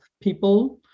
people